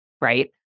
right